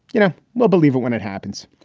you know. well, believe it when it happens.